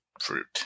fruit